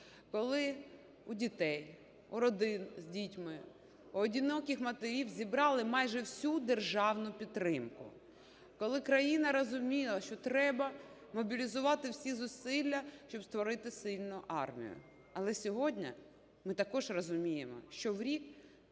коли у дітей, у родин з дітьми, в одиноких матерів забрали майже всю державну підтримку; коли країна розуміла, що треба мобілізувати всі зусилля, щоб створити сильну армію. Але сьогодні ми також розуміємо, що в рік